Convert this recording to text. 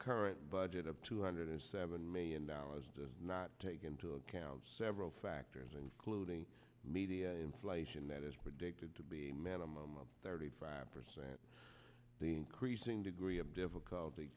current budget of two hundred seventy million dollars does not take into account several factors including media inflation that is predicted to be met at thirty five percent the increasing degree of difficulty